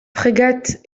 frégate